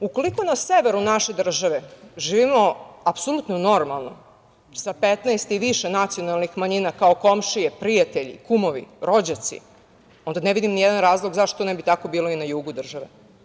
Ukoliko na severu naše države živimo apsolutno normalno sa 15 i više nacionalnih manjina, kao komšije, prijatelji, kumovi, rođaci, onda ne vidim ni jedan razlog zašto ne bi bilo tako i na jugu države.